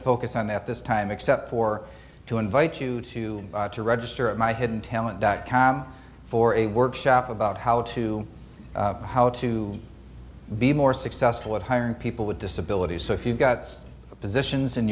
focus on the this time except for to invite you to to register at my hidden talent dot com for a workshop about how to how to be more successful at hiring people with disabilities so if you've got some positions in